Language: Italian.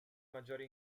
maggiore